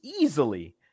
easily